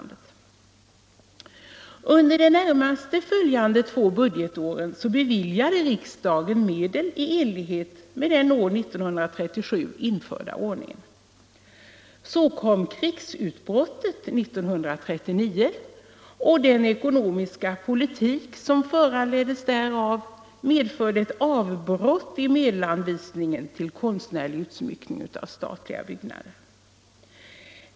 Under de närmast följande två budgetåren beviljade riksdagen medel i enlighet med den år 1937 införda ordningen. Så kom krigsutbrottet 1939, och den ekonomiska politik som föranleddes därav medförde ett avbrott i medelsanvisningen till konstnärlig utsmyckning av statliga byggnader.